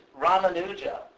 Ramanuja